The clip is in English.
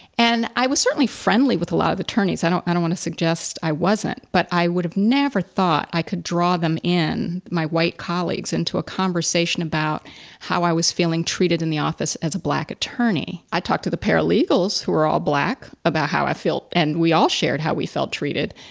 and i was certainly friendly with a lot of attorneys. i don't i don't want to suggest i wasn't but i would have never thought i could draw them in my white colleagues into a conversation about about how i was feeling treated in the office as a black attorney, i talked to the paralegals who are all black about how i feel. and we all shared how we felt treated.